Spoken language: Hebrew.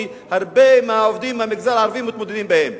שהרבה מהעובדים מהמגזר הערבי מתמודדים בהן,